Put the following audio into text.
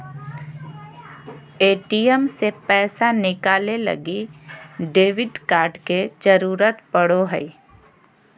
ATM से पैसा निकाले लगी डेबिट कार्ड के जरूरत पड़ो हय